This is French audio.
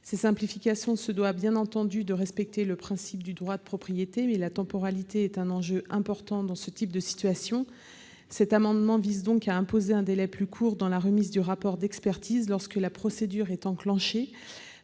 telle simplification se doit bien entendu de respecter les principes du droit de propriété, mais la temporalité est un enjeu important dans ce type de situation. Cet amendement vise donc à imposer un délai plus court pour la remise du rapport d'expertise lorsque la procédure est enclenchée.